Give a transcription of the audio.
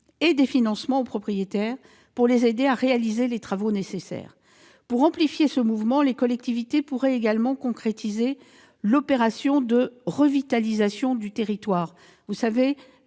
et des financements aux propriétaires pour les aider à réaliser les travaux nécessaires. Pour amplifier ce mouvement, les collectivités pourraient également concrétiser une opération de revitalisation de territoire, ou ORT-